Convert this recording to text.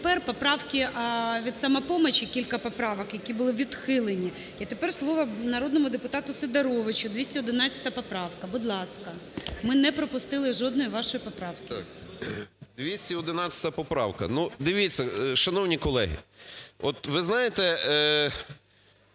тепер поправки, від "Самопомочі" кілька поправок, які були відхилені. І тепер слово народному депутату Сидоровичу. 211 поправка, будь ласка. Ми не пропустили жодної вашої поправки. 13:25:23 СИДОРОВИЧ Р.М. Так, 211 поправка. Дивіться, шановні колеги, от ви знаєте,